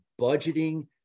budgeting